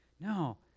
No